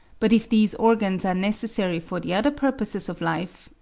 but if these organs are necessary for the other purposes of life,